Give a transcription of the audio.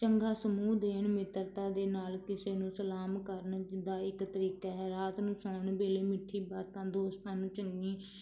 ਚੰਗਾ ਸਮੂਹ ਦੇਣ ਮਿੱਤਰਤਾ ਦੇ ਨਾਲ ਕਿਸੇ ਨੂੰ ਸਲਾਮ ਕਰਨ ਜ ਦਾ ਇੱਕ ਤਰੀਕਾ ਹੈ ਰਾਤ ਨੂੰ ਸੌਣ ਵੇਲੇ ਮਿੱਠੀ ਬਾਤਾਂ ਦੋਸਤਾਂ ਨੂੰ ਚੰਗੀ